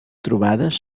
trobades